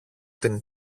την